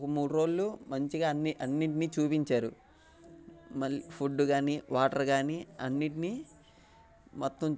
ఒక మూడు రోజులు మంచిగా అన్నీ అన్నిటినీ చూపించారు మళ్ళీ ఫుడ్ కానీ వాటర్ కానీ అన్నిటినీ మొత్తం